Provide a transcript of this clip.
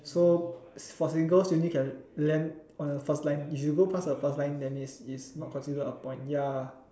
so for singles you only can land on the first line if you go past the first line that mean it's it's not considered a point ya